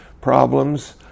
problems